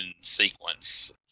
sequence